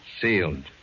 Sealed